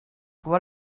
what